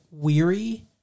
weary